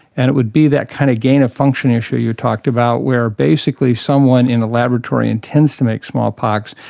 and it would be that kind of gain of function issue you talked about were basically someone in a laboratory intends to make smallpox.